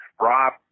Rob